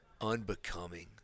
unbecoming